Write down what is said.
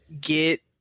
get